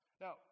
Now